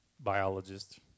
Biologist